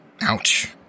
Ouch